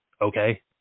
Okay